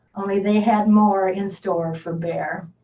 only they had more in store for bear.